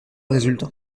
résultat